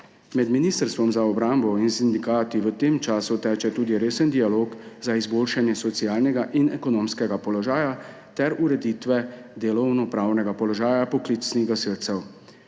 Med Ministrstvom za obrambo in sindikati v tem času teče tudi resen dialog za izboljšanje socialnega in ekonomskega položaja ter ureditve delovnopravnega položaja poklicnih gasilcev.